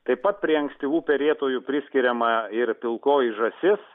taip pat prie ankstyvų perėtojų priskiriama ir pilkoji žąsis